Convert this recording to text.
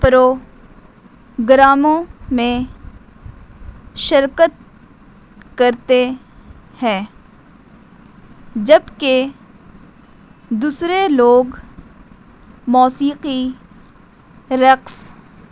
پرو گراموں میں شرکت کرتے ہیں جبکہ دوسرے لوگ موسیقی رقص